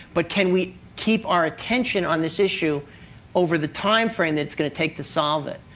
but can we keep our attention on this issue over the time frame that it's going to take to solve it.